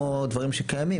או דברים שקיימים.